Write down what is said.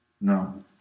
No